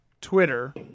Twitter